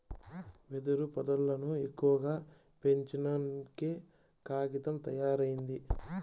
వెదురు పొదల్లను ఎక్కువగా పెంచినంకే కాగితం తయారైంది